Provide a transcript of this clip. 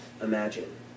imagine